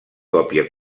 còpia